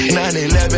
9-11